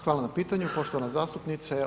Hvala na pitanju poštovana zastupnice.